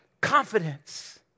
confidence